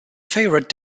favourite